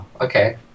okay